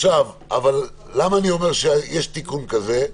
למה אני אומר שיש תיקון כזה?